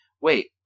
wait